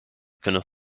kunnen